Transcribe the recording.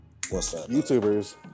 YouTubers